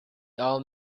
old